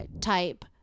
type